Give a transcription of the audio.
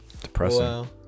Depressing